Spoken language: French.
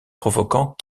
provoquant